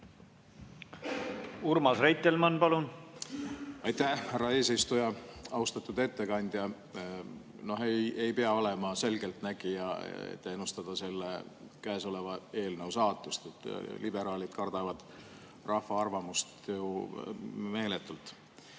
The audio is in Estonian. ma ei tea. Aitäh, härra eesistuja! Austatud ettekandja! Noh, ei pea olema selgeltnägija, et ennustada selle käesoleva eelnõu saatust. Liberaalid kardavad rahva arvamust ju meeletult.